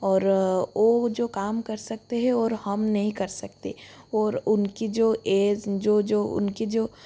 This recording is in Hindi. और वो जो काम कर सकते हैं और हम नहीं कर सकते और उनकी जो ऐज जो जो उनकी जो